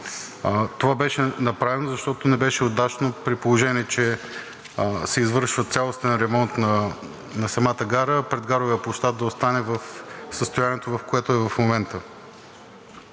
Това беше направено, защото не беше удачно, при положение че се извършва цялостен ремонт на самата гара, предгаровият площад да остане в състоянието, в което е в момента.